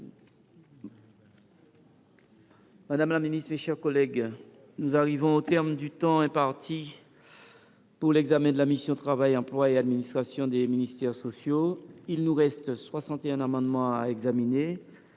Madame la ministre, mes chers collègues, nous arrivons au terme du temps imparti pour l’examen de la mission « Travail, emploi et administration des ministères sociaux ». Il nous reste soixante et un amendements à examiner.